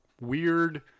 weird